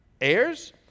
Heirs